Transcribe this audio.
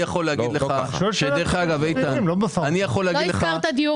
מה דחוף בדיור